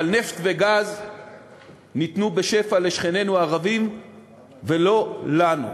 אבל נפט וגז ניתנו בשפע לשכנינו הערבים ולא לנו.